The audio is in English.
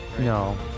No